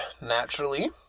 naturally